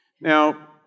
Now